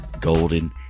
Golden